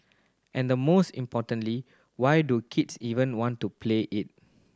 and the most importantly why do kids even want to play it